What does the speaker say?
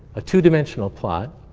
a two-dimensional plot,